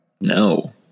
no